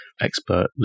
expert